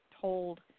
told